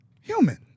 human